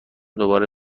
دوباره